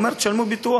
אומר: תשלמו ביטוח,